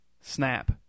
Snap